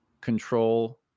control